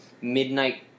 midnight